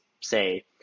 say